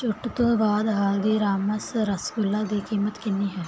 ਛੁੱਟ ਤੋਂ ਬਾਅਦ ਹਲਦੀਰਾਮਸ ਰਸਗੁੱਲਾ ਦੀ ਕੀਮਤ ਕਿੰਨੀ ਹੈ